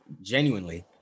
genuinely